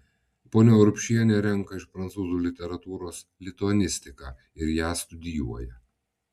ponia urbšienė renka iš prancūzų literatūros lituanistiką ir ją studijuoja